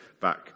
back